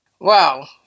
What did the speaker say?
Wow